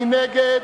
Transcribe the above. מי נגד?